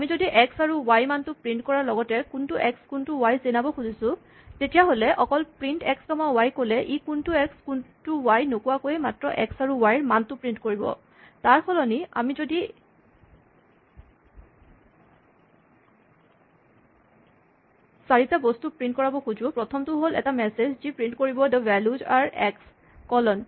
আমি যদি এক্স আৰু ৱাই ৰ মানটো প্ৰিন্ট কৰাৰ লগতে কোনটো এক্স কোনটো ৱাই চিনাব খুজিছোঁ তেতিয়াহ'লে অকল প্ৰিন্ট এক্স কমা ৱাই ক'লে ই কোনটো এক্স কোনটো ৱাই নোকোৱাকৈয়ে মাত্ৰ এক্স আৰু ৱাই মান টো প্ৰিন্ট কৰিব তাৰ সলনি আমি যদি আমি যদি চাৰিটা বস্তু প্ৰিন্ট কৰাব খোজো প্ৰথমটো হ'ল এটা মেছেজ যি প্ৰিন্ট কৰিব the values are x colon